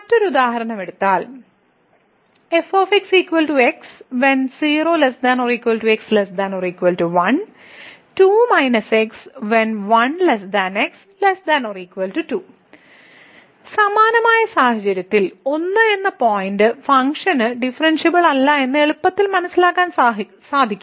മറ്റൊരു ഉദാഹരണം എടുത്താൽ സമാനമായ സാഹചര്യത്തിൽ 1 എന്ന പോയിന്റിൽ ഫങ്ക്ഷന് ഡിഫറെൻഷ്യബിൾ അല്ല എന്ന് എളുപ്പത്തിൽ മനസ്സിലാക്കാൻ സാധിക്കും